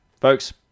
folks